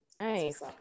Nice